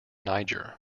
niger